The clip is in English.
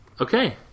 Okay